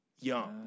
young